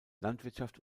landwirtschaft